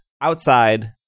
outside